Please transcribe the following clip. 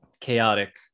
chaotic